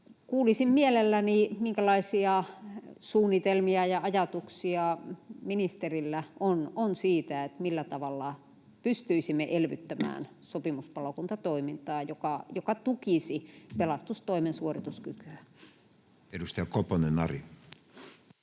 Kuulisin mielelläni, minkälaisia suunnitelmia ja ajatuksia ministerillä on siitä, millä tavalla pystyisimme elvyttämään sopimuspalokuntatoimintaa, joka tukisi pelastustoimen suorituskykyä. [Speech 118]